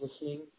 listening